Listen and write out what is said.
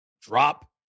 Drop